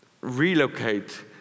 relocate